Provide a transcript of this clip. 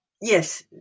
Yes